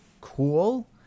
cool